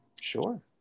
Sure